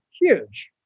huge